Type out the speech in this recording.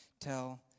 tell